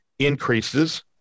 Increases